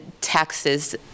taxes